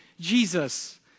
Jesus